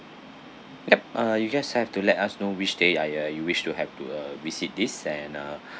uh you just have to let us know which day uh ya you wish to have to visit this and uh